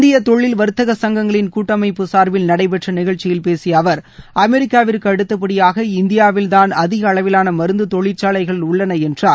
இந்திய தொழில் வர்த்தக சங்கங்களின் கூட்டமைப்பு சார்பில் நடைபெற்ற நிகழ்ச்சியில் பேசிய அவர் அமெரிக்காவிற்கு அடுத்தபடியாக இந்தியாவில் தான் அதிக அளவிவான மருந்து தொழிற்சாலைகள் உள்ளன என்றார்